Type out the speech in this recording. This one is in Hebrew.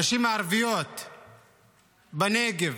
הנשים הערביות בנגב,